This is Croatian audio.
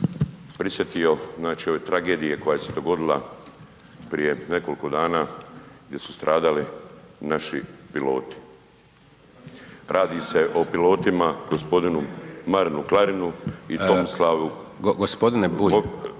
prisjetio znači ove tragedije koja se dogodila prije nekoliko dana gdje su stradali naši piloti. Radi se o pilotima g. Marinu Klarinu i Tomislavu